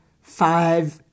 five